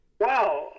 Wow